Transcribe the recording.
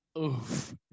oof